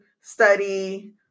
study